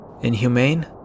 Inhumane